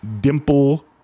Dimple